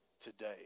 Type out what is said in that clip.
today